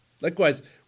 Likewise